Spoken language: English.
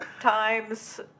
times